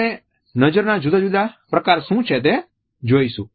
આપણે નજર ના જુદા જુદા પ્રકાર શું છે તે જોઈશું